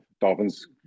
Dolphins